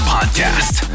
Podcast